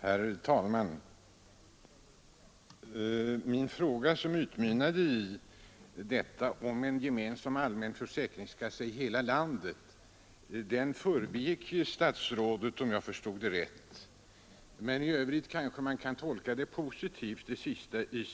Herr talman! Min fråga, som utmynnade i önskan om en gemensam allmän försäkringskassa i hela landet, förbigick statsrådet, om jag förstod det rätt. Men man kanske kan tolka den senaste delen av svaret positivt.